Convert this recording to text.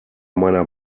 meiner